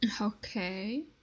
Okay